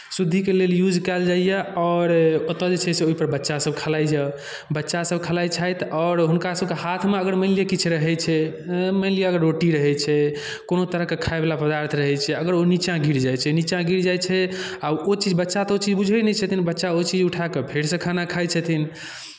शुद्धिके लेल यूज कयल जाइए आओर ओतय जे छै से ओहिपर बच्चासभ खेलाइए बच्चासभ खेलाइत छथि आओर हुनकासभके हाथमे अगर मानि लिअ किछु रहै छै मानि लिअ अगर रोटी रहै छै कोनो तरहके खायवला पदार्थ रहै छै अगर ओ नीचाँ गिर जाइत छै नीचाँ गिर जाइ छै आ ओ चीज बच्चा तऽ ओ चीज बुझै नहि छथिन बच्चा ओ चीज उठा कऽ फेरसँ खाना खाइत छथिन